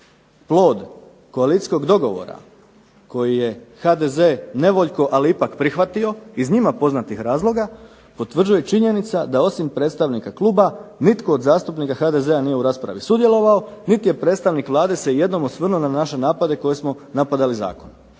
plod koalicijskog dogovora koji je HDZ nevoljko ali ipak prihvatio iz njima poznatih razloga, potvrđuje činjenica da osim predstavnika kluba nitko od zastupnika iz HDZ-a nije u raspravi sudjelovao niti je predstavnik Vlade se ijednom osvrnuo na naše napade koje smo napadali zakon.